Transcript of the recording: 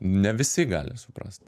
ne visi gali suprast